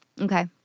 Okay